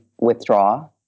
withdraw